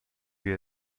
year